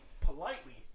politely